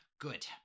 Good